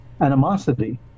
animosity